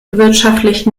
wirtschaftlich